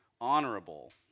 honorable